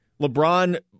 LeBron